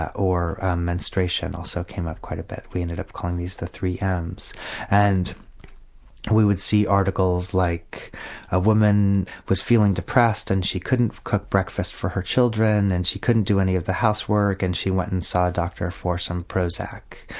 or menstruation also came up quite a bit. we ended up calling these the three m's and we would see articles like a woman was feeling depressed and she couldn't cook breakfast for her children, and she couldn't do any of the housework, and she went and saw a doctor for some prozac.